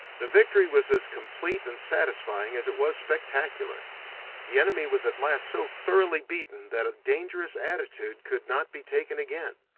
the victory was as complete and satisfying as it was spectacular the enemy was at last so thoroughly beaten that a dangerous attitude could not be taken again.